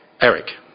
Eric